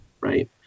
right